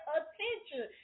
attention